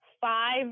five